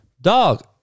Dog